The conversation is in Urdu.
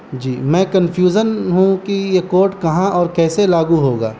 جی میں کنفیوژن ہوں کہ یہ کوڈ کہاں اور کیسے لاگو ہوگا